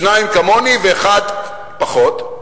שניים כמוני ואחד פחות.